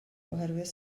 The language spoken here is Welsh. oherwydd